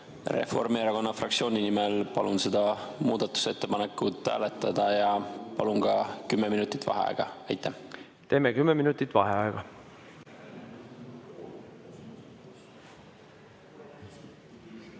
Reformierakonna fraktsiooni nimel palun seda muudatusettepanekut hääletada ja palun ka kümme minutit vaheaega. Teeme kümme minutit vaheaega.V